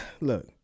look